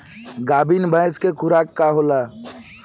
गाभिन भैंस के खुराक का होखे?